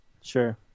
Sure